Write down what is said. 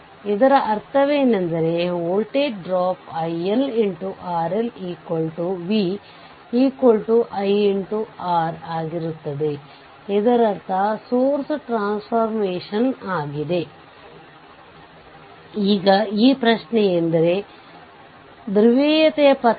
figure 19a ನಲ್ಲಿ ತೋರಿಸಿರುವಂತೆ VThevenin ಟರ್ಮಿನಲ್ನಾದ್ಯಂತ ತೆರೆದ ಸರ್ಕ್ಯೂಟ್ ವೋಲ್ಟೇಜ್ ಆಗಿದೆ ಅಂದರೆ VThevenin Voc ಲೋಡ್ ಸಂಪರ್ಕ ಕಡಿತಗೊಳಿಸಿದರೆ ಟರ್ಮಿನಲ್ 1 ಮತ್ತು 2 ರಿಂದ ಲೋಡ್ ಸಂಪರ್ಕ ಕಡಿತಗೊಂಡಿದೆ ಎಂದರ್ಥ